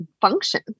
function